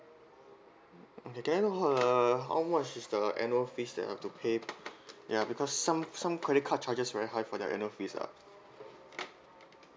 okay then uh how much is the annual fees that I've to pay ya because some some credit cards charges very high for the annual fees ah